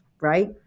right